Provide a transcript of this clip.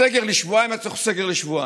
הסגר לשבועיים היה צריך להיות סגר לשבועיים,